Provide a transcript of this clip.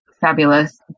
fabulous